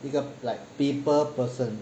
一个 people person